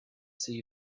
see